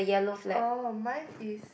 oh mine is